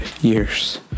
years